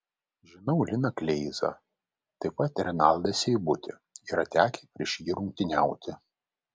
žinau liną kleizą taip pat renaldą seibutį yra tekę prieš jį rungtyniauti